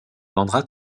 vendra